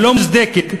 הלא-מוצדקת,